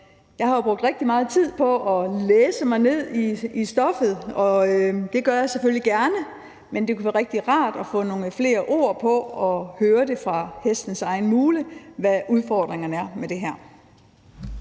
jeg har brugt rigtig meget tid på at læse mig ned i stoffet, og det gør jeg selvfølgelig gerne. Men det kunne være rigtig rart at få nogle flere ord på og høre fra hestens egen mule, hvad udfordringerne er med det her.